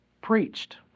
preached